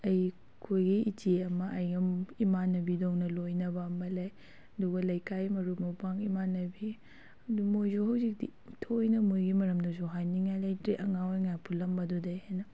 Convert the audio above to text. ꯑꯩꯈꯣꯏꯒꯤ ꯏꯆꯦ ꯑꯃ ꯑꯩꯒ ꯏꯃꯥꯟꯅꯕꯤ ꯗꯧꯅ ꯂꯣꯏꯅꯕ ꯑꯃ ꯂꯩ ꯑꯗꯨꯒ ꯂꯩꯀꯥꯏ ꯃꯔꯨꯞ ꯃꯄꯥꯡ ꯏꯃꯥꯟꯅꯕꯤ ꯑꯗꯨ ꯃꯣꯏꯁꯨ ꯍꯧꯖꯤꯛꯇꯤ ꯊꯣꯏꯅ ꯃꯣꯏꯒꯤ ꯃꯔꯝꯗꯁꯨ ꯍꯥꯏꯅꯤꯡꯉꯥꯏ ꯂꯩꯇꯦ ꯑꯉꯥꯡ ꯑꯣꯏꯔꯤꯉꯥꯏ ꯄꯨꯜꯂꯝꯕꯗꯨꯗꯩ ꯍꯦꯟꯅ